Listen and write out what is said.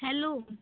hello